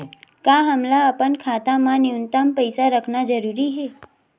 का हमला अपन खाता मा न्यूनतम पईसा रखना जरूरी हे?